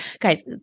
guys